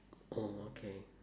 oh okay